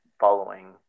following